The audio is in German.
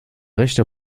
rechter